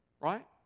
Right